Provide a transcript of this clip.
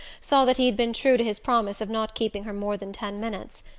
saw that he had been true to his promise of not keeping her more than ten minutes.